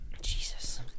Jesus